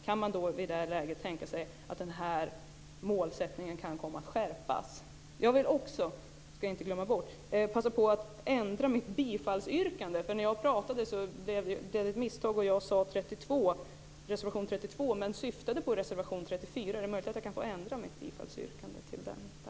Kan man i det läget tänka sig att målsättningen kan komma att skärpas? Jag vill också passa på att ändra mitt bifallsyrkande. Jag yrkade bifall till reservation 32, men jag avsåg egentligen reservation 34. Jag undrar därför om jag kan ändra mitt bifallsyrkande.